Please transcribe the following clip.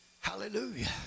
Hallelujah